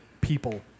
people